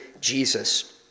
Jesus